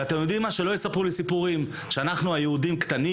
שלא יספרו לי סיפורים שאנחנו היהודים קטנים